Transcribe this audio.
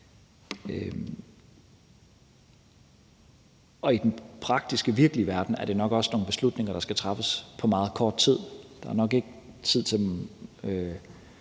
I den praktiske, virkelige verden er det nok også nogle beslutninger, der skal træffes på meget kort tid. Der er nok ikke tid til at